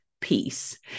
peace